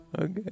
Okay